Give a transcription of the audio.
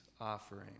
offering